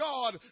God